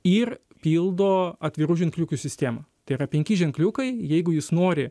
ir pildo atvirų ženkliukų sistemą tai yra penki ženkliukai jeigu jis nori